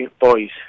Boys